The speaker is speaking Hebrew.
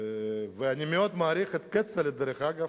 אני מאוד מעריך את כצל'ה, דרך אגב.